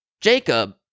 Jacob